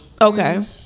Okay